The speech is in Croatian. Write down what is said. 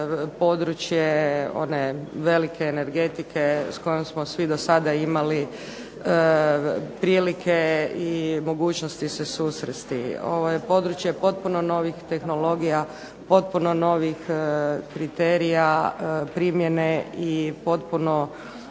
područje one velike energetike s kojom smo svi do sada imali prilike i mogućnosti se susresti. Ovo je područje potpuno novih tehnologija, potpuno novih kriterija primjene i potpuno